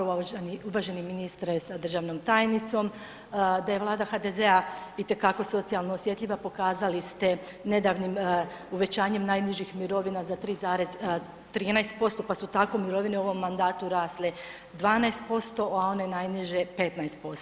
Uvaženi ministre sa državnom tajnicom, da je Vlada HDZ-a itekako socijalno osjetljiva pokazali ste nedavnim uvećanjem najnižih mirovina za 3,13% pa su tako mirovine u ovom mandatu rasle 12%, a one najniže 15%